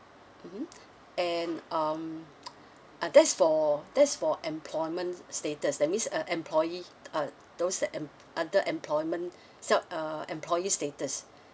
mmhmm and um uh that's for that's for employment status that means a employee uh those that em~ other employment sel~ uh employee status